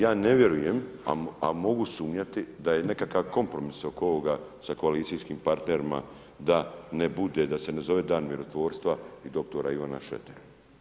Ja ne vjerujem, a mogu sumnjati, da je nekakav kompromis oko ovoga sa koalicijskim partnerima da ne bude, da se ne zove dan mirotvorstva i dr. Ivana Šretera.